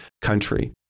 country